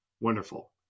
Wonderful